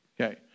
Okay